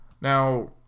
Now